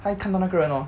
他一看到那个人 hor